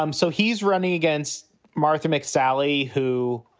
um so he's running against martha mcsally, who?